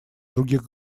других